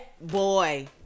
boy